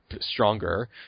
stronger